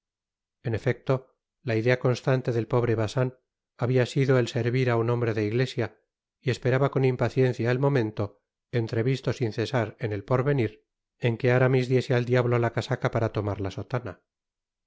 en efecto la idea constante del pobre bacin habia sido el servir á un hombre de iglesia y esperaba con impaciencia el momento entrevisto sin cesar enel porvenir en que aramis diese al diablo la casaca para tomar la sotana